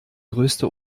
größte